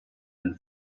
and